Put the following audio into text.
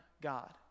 God